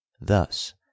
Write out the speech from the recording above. Thus